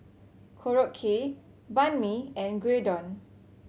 Korokke Banh Mi and Gyudon